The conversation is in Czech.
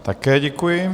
Také děkuji.